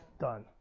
done